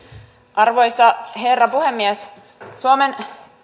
arvoisa herra puhemies suomen